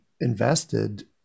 invested